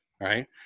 right